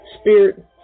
spirit